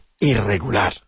irregular